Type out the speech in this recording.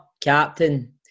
captain